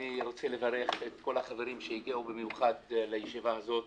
אני רוצה לברך את כל החברים שהגיעו במיוחד לישיבה הזאת.